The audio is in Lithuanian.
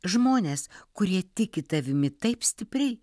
žmonės kurie tiki tavimi taip stipriai